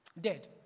dead